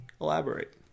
Elaborate